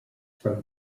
from